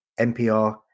NPR